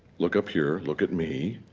look up here. look at me.